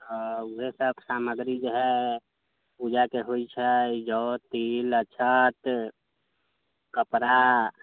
आओर ओहे सभ सामग्री जे हइ पूजाके होइ छै जौ तिल अच्छत कपड़ा